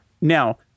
now